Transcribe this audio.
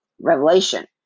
Revelation